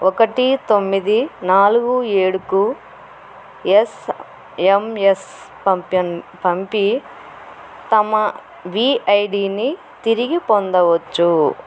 ఒకటి తొమ్మిది నాలుగు ఏడుకు ఎస్ఎంఎస్ పంప పంపి తమ విఐడిని తిరిగి పొందవచ్చు